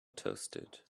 toasted